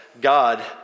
God